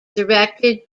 directed